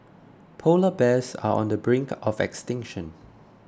Polar Bears are on the brink of extinction